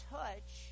touch